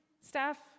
staff